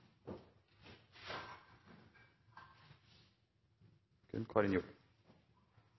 kun